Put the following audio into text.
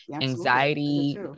anxiety